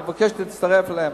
אני מבקש שתצטרף אליהם.